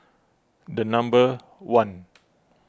the number one